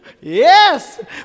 Yes